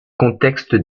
contexte